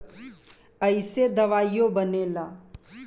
ऐइसे दवाइयो बनेला